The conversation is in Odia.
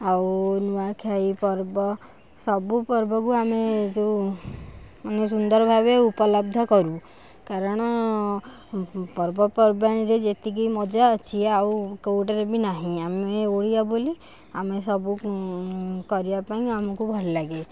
ଆଉ ନୂଆଖାଇ ପର୍ବ ସବୁ ପର୍ବକୁ ଆମେ ଯେଉଁ ମାନେ ସୁନ୍ଦର ଭାବେ ଉପଲବ୍ଧ କରୁ କାରଣ ପର୍ବ ପର୍ବାଣି ରେ ଯେତିକି ମଜା ଅଛି ଆଉ କେଉଁଠାରେ ବି ନାହିଁ ଆମେ ଓଡ଼ିଆ ବୋଲି ଆମେ ସବୁ କରିବା ପାଇଁ ଆମକୁ ଭଲ ଲାଗେ